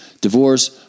divorce